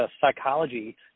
psychology